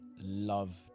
love